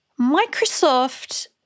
Microsoft